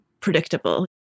predictable